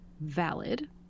Valid